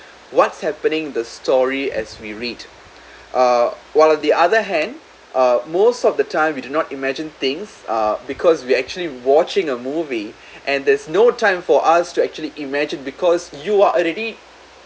what's happening the story as we read uh while on the other hand uh most of the time we do not imagine things uh because we're actually watching a movie and there's no time for us to actually imagine because you are already